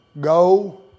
go